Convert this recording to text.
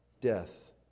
Death